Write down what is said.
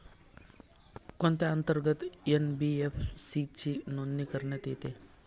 कोणत्या अंतर्गत एन.बी.एफ.सी ची नोंदणी करण्यात येते?